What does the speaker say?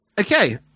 Okay